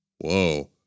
Whoa